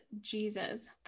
Jesus